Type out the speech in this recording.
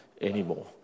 anymore